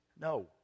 No